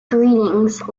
greetings